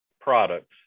products